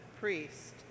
priest